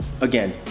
again